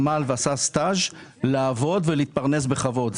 עמל ועשה סטאז' לעבוד ולהתפרנס בכבוד.